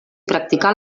practicar